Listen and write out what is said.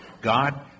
God